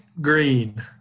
Green